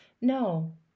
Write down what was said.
no